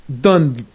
done